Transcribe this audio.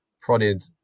prodded